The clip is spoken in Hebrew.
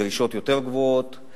דרישות גבוהות יותר,